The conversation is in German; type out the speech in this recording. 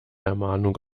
ermahnung